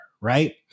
Right